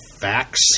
facts